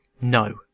No